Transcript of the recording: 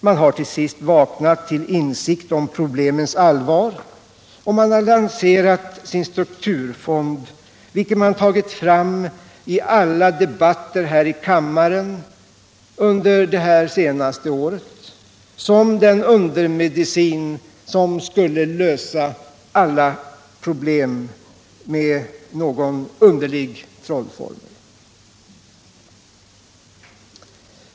Man har till sist vaknat till insikt om problemens allvar, och man Finansdebatt Finansdebatt har lanserat sin strukturfond, vilken man tagit fram i alla debatter här i kammaren under det senaste året som den undermedicin som skulle lösa alla problem genom någon underlig trollformel.